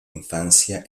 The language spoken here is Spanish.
infancia